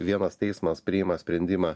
vienas teismas priima sprendimą